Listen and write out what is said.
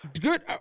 good